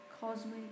cosmic